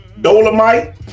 Dolomite